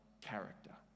character